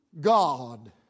God